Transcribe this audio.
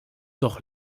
doch